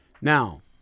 Now